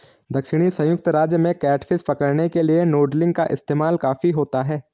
दक्षिणी संयुक्त राज्य में कैटफिश पकड़ने के लिए नूडलिंग का इस्तेमाल काफी होता है